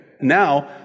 Now